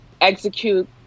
execute